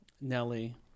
Nelly